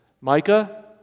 Micah